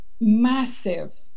massive